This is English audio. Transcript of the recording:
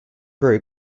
grew